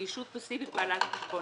בישות פסיבית בעלת החשבון,